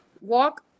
walk